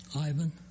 Ivan